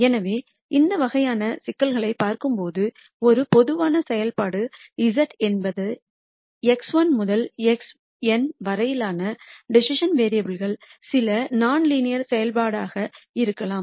எனவே இந்த வகையான சிக்கல்களைப் பார்க்கும்போது ஒரு பொதுவான செயல்பாடு z என்பத x1 முதல் xn வரையிலான டிசிசன் வேரியபுல்கள் சில நான் லீனியர் செயல்பாடாக இருக்கலாம்